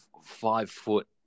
five-foot